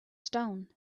stone